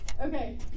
Okay